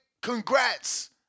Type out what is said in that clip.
congrats